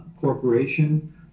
corporation